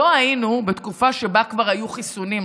לא היינו בשלטון בתקופה שבה כבר היו לנו חיסונים.